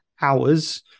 Hours